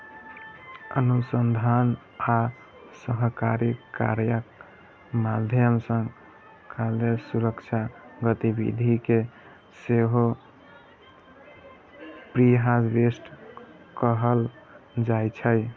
अनुसंधान आ सहकारी कार्यक माध्यम सं खाद्य सुरक्षा गतिविधि कें सेहो प्रीहार्वेस्ट कहल जाइ छै